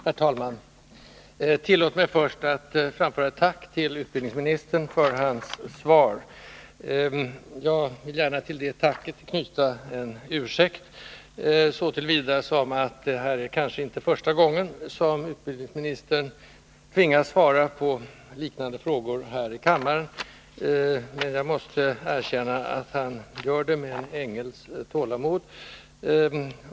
Herr talman! Tillåt mig först att framföra ett tack till utbildningsministern för hans svar. Jag vill gärna till det tacket knyta en ursäkt, eftersom det uppenbarligen inte är första gången som utbildningsministern tvingas svara på en fråga av detta slag. Jag måste erkänna att han gör det med en ängels tålamod.